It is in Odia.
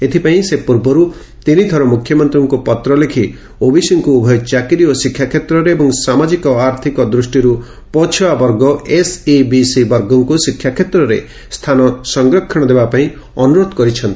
ଏଥପାଇଁ ସେ ପୂର୍ବରୁ ତିନି ଥର ମୁଖ୍ୟମନ୍ତୀଙ୍କୁ ପତ୍ର ଲେଖ୍ ଓବିସିଙ୍କୁ ଉଭୟ ଚାକିରି ଓ ଶିକ୍ଷା କ୍ଷେତ୍ରରେ ଏବଂ ସାମାଜିକ ଆର୍ଥିକ ଦୂଷ୍ଟିରୁ ପଛୁଆ ବର୍ଗ ଏସ୍ଇବିସି ବର୍ଗଙ୍କୁ ଶିକ୍ଷାକ୍ଷେତ୍ରରେ ସ୍ଥାନ ସଂରକ୍ଷଣ ଦେବା ପାଇଁ ଅନୁରୋଧ କରିଛନ୍ତି